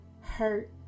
hurt